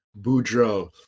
Boudreaux